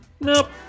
Nope